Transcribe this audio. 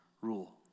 rule